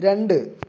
രണ്ട്